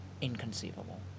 inconceivable